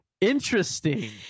Interesting